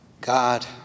God